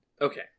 Okay